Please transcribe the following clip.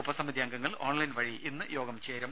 ഉപസമിതി അംഗങ്ങൾ ഓൺലൈൻ വഴി ഇന്ന് യോഗം ചേരും